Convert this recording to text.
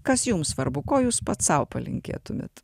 kas jums svarbu ko jūs pats sau palinkėtumėt